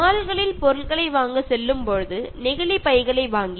ഷോപ്പിങ്ങിനു പോകുമ്പോൾ തുണി സഞ്ചി കൂടെ കൊണ്ടു പോവുക